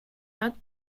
not